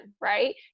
right